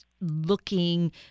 looking